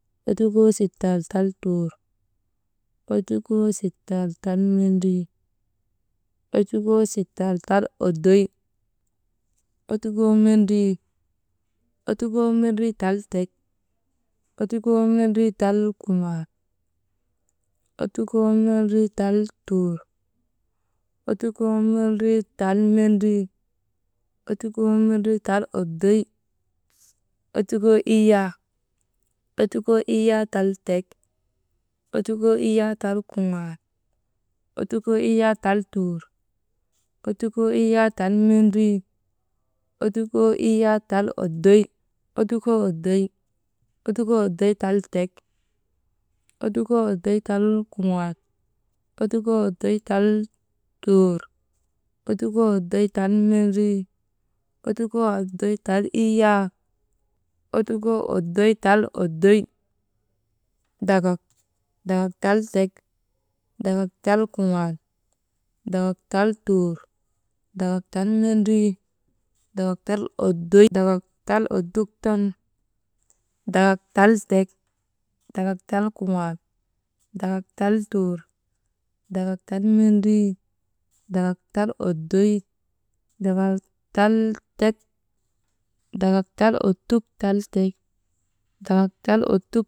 Ottukoo sittal tal tuur, ottukoo sittal tal mendrii, ottukoo sittal tal oddoy, ottukoo mendrii tal ottukoo mendrii tal mbaar, ottukoo mendrii tal kuŋaal ottukoo mendrii tal turu, ottukoo mendrii tal mendrii, ottukoo nendrii tal oddoy, ottukoo iyyaa, ottukoo iyyaa tal tek, ottukoo iyyaa tal kuŋaal,, ottukoo iyyaa tal tuur,, ottukoo iyyaa tal mendrii,, ottukoo iyyaa tal oddoy, ottukoo oddoy, ottukoo oddoy tal tek,, ottukoo oddoy tal kuŋaal,, ottukoo oddoy tal tuur,, ottukoo oddoy tal mendrii,, ottukoo oddoy tal iyyaa, ottukoo oddoy tal oddoy, dakak, dakak tal tek, dakak tal kuŋaal, dakak tal tuur, dakak tal mendrii, dakak tal oddoy dakak tal ottuk ton, dakak tal tek, dakak tal kuŋaal, dakak tal tuur, dakak tal mendrii, dakak tal oddoy, dakak tal tek, dakak tal ottuk tal tek dakak tal ottuk.